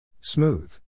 Smooth